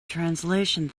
translation